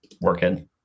working